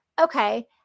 Okay